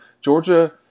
Georgia